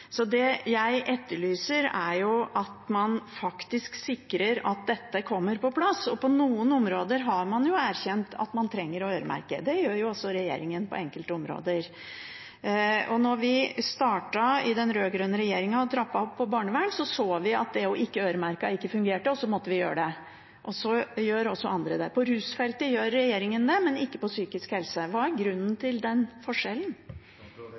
Det jeg etterlyser, er at man faktisk sikrer at dette kommer på plass. På noen områder har man erkjent at man trenger å øremerke. Det gjør også regjeringen på enkelte områder. Da vi startet i den rød-grønne regjeringen og trappet opp på barnevern, så vi at ikke å øremerke, ikke fungerte, og så måtte vi gjøre det. Og så gjør også andre det. På rusfeltet gjør regjeringen det, men ikke på psykisk helse. Hva er grunnen til den forskjellen?